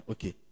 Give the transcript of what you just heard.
Okay